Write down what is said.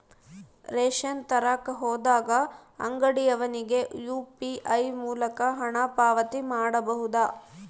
Ration ತರಕ ಹೋದಾಗ ಅಂಗಡಿಯವನಿಗೆ ಯು.ಪಿ.ಐ ಮೂಲಕ ಹಣ ಪಾವತಿ ಮಾಡಬಹುದಾ?